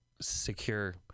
secure